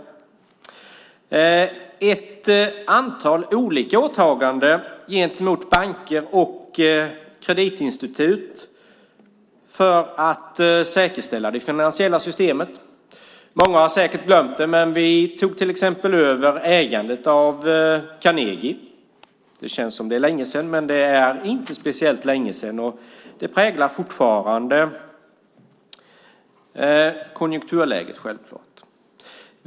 Det gjordes ett antal olika åtaganden gentemot banker och kreditinstitut för att säkerställa det finansiella systemet. Många har säkert glömt det, men vi tog till exempel över ägandet av Carnegie. Det känns som om det var länge sedan, men det är inte speciellt länge sedan. Det präglar självklart fortfarande konjunkturläget.